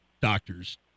doctor's